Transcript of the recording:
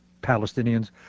Palestinians